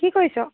কি কৰিছ